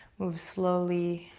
move slowly,